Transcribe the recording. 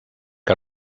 que